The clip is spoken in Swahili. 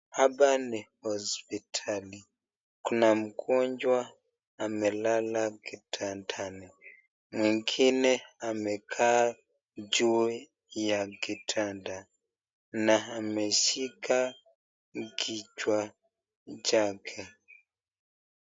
Hapa ni hospitali, kuna mgonjwa amelala kitandani, mwingine amekaa juu ya kitanda, na ameshika kichwa chake.